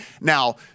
Now